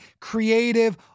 creative